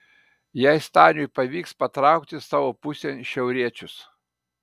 jei staniui pavyks patraukti savo pusėn šiauriečius